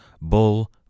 Bull